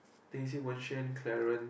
Tin-Xi Wen-Xuan Clarence